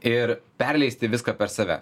ir perleisti viską per save